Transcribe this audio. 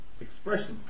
expressions